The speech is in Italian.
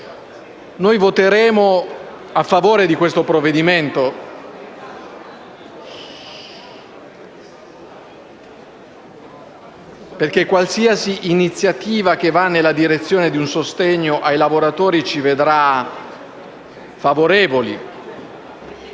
Voteremo a favore del provvedimento in esame, perché qualsiasi iniziativa che va nella direzione di un sostegno ai lavoratori ci vedrà favorevoli.